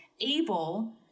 able